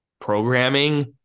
programming